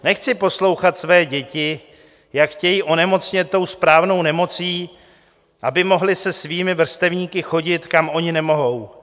Nechci poslouchat své děti, jak chtějí onemocnět tou správnou nemocí, aby mohly se svými vrstevníky chodit, kam oni nemohou.